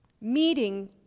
meeting